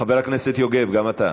חבר הכנסת יוגב, גם אתה.